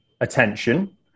attention